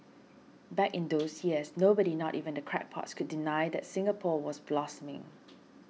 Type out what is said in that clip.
back in those years nobody not even the crackpots could deny that Singapore was blossoming